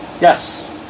Yes